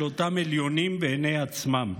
של אותם עליונים בעיני עצמם.